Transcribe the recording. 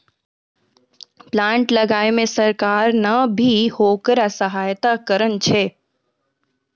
plant लगाय मॅ सरकार नॅ भी होकरा सहायता करनॅ छै